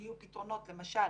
למשל